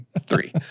three